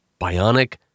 Bionic